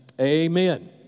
Amen